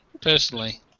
personally